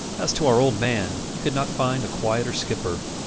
as to our old man, you could not find a quieter skipper.